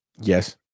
Yes